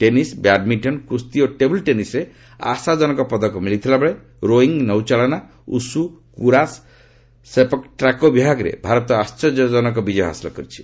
tennis badminton କୁସ୍ତି ଓ table ଟେନିସ୍ରେ ଆଶାଜନକ ପଦକ ମିଳିଥିଲାବେଳେ ରୋଇଂ ନୌଚାଳନା ଉଷୁ କୁରାସ୍ ସେପକ୍ଟାକ୍ରୋ ବିଭାଗରେ ଭାରତ ଆଶ୍ଚର୍ଯ୍ୟଜନକ ବିଜୟ ହାସଲ କରିଛି